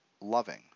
loving